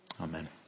Amen